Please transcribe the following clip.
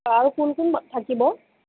অঁ আৰু কোন কোন থাকিব